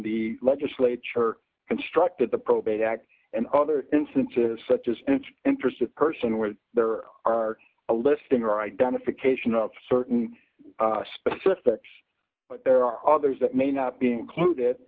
the legislature constructed the probate act and other instances such as interested person where there are a listing or identification of certain specifics but there are others that may not be included